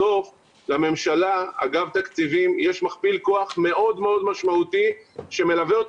בסוף לממשלה ולאגף התקציבים יש מכפיל כוח מאוד מאוד משמעותי שמלווה אותו